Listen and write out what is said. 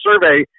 survey